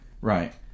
Right